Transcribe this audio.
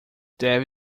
deve